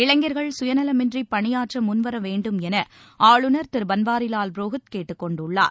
இளைஞர்கள் சுயநலமின்றிபணியாற்றமுன்வரவேண்டும் எனஆளுநர் திருபன்வாரிலால் புரோஹித் கேட்டுக் கொண்டுள்ளார்